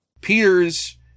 Peters